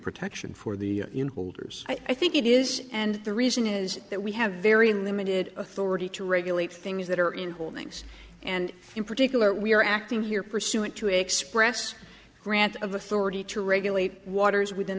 protection for the holders i think it is and the reason is that we have very limited authority to regulate things that are in holdings and in particular we are acting here pursuant to express grant of authority to regulate waters within